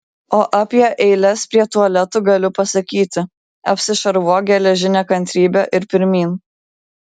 o apie eiles prie tualetų galiu pasakyti apsišarvuok geležine kantrybe ir pirmyn